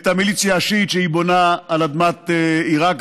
את המיליציה השיעית שהיא בונה על אדמת עיראק,